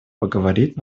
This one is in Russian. поговорить